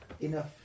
enough